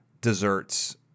desserts